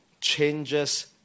changes